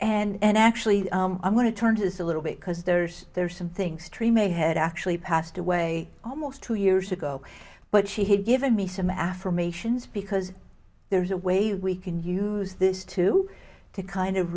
and and actually i'm going to turn to his a little bit because there's there's something stream a had actually passed away almost two years ago but she had given me some affirmations because there's a way we can use this to to kind of